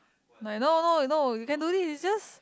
like no no no you can do this is just